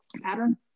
pattern